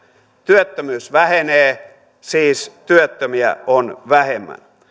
työttömyys vähenee siis työttömiä on vähemmän